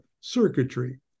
circuitry